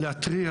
להתריע